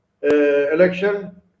Election